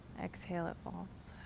exhale, it falls.